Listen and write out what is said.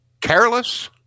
Careless